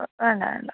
ഓ വേണ്ട വേണ്ട